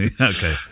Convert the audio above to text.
Okay